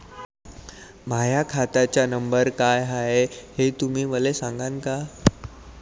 माह्या खात्याचा नंबर काय हाय हे तुम्ही मले सागांन का?